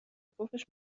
پفش